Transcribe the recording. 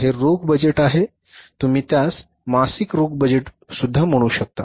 तर हे रोख बजेट आहे तुम्ही त्यास मासिक रोख बजेट म्हणु शकता